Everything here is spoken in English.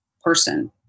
person